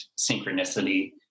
synchronicity